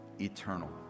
eternal